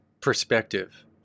perspective